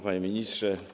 Panie Ministrze!